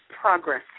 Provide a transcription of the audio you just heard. progress